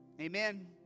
Amen